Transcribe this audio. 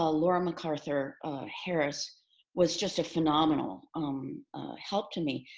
ah laura macarthur harris was just a phenomenal um help to me.